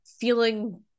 feeling